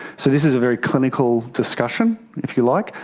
so this is a very clinical discussion, if you like,